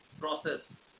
process